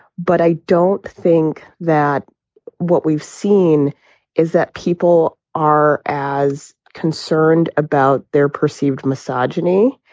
but i don't think that what we've seen is that people are as concerned about their perceived misogyny.